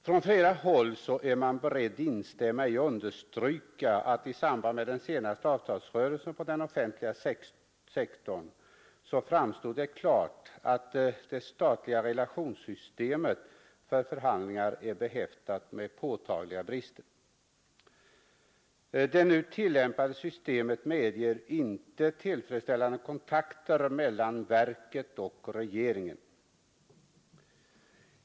Från flera håll är man beredd att instämma i och understryka att i samband med den senaste avtalsrörelsen på den offentliga sektorn framstod det klart att det statliga relationssystemet för förhandlingar är behäftat med påtagliga brister. Det nu tillämpade systemet medger inte tillfredsställande kontakter mellan verket och regeringen.